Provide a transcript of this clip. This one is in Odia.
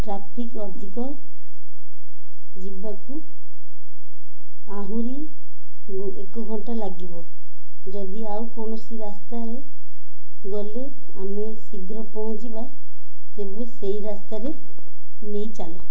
ଟ୍ରାଫିକ୍ ଅଧିକ ଯିବାକୁ ଆହୁରି ଏକ ଘଣ୍ଟା ଲାଗିବ ଯଦି ଆଉ କୌଣସି ରାସ୍ତାରେ ଗଲେ ଆମେ ଶୀଘ୍ର ପହଞ୍ଚିବା ତେବେ ସେଇ ରାସ୍ତାରେ ନେଇ ଚାଲ